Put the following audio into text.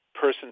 person